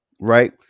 right